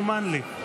מסומן לי.